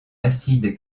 acide